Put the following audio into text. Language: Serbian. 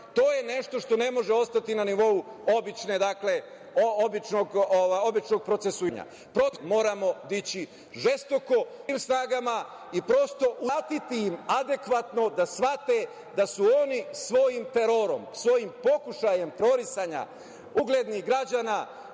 To je nešto što ne može ostati na nivou običnog procesuiranja. Protiv toga se moramo dići žestoko, svim snagama i prosto im uzvratiti adekvatno, da shvate da su oni svojim terorom, svojim pokušajem terorisanja uglednih građana